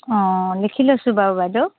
অঁ লিখি লৈছোঁ বাৰু বাইদেউ